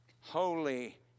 Holy